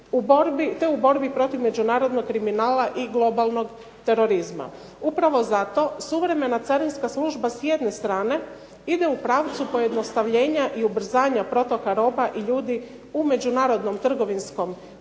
te u borbi protiv međunarodnog kriminala i globalnog terorizma. Upravo zato suvremena Carinska služba s jedne strane ide u pravcu pojednostavljenja i ubrzanja protoka roba i ljudi u međunarodnom trgovinskom prometu